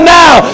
now